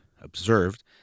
observed